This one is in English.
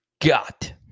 got